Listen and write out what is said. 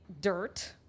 dirt